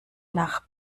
nach